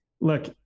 look